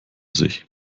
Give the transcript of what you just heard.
sich